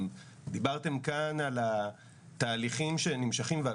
דיברתם כאן על התהליכים שנמשכים ועל